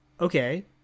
Okay